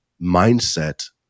mindset